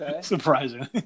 Surprisingly